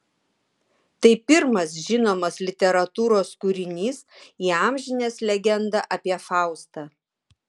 tai pirmas žinomas literatūros kūrinys įamžinęs legendą apie faustą